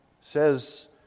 says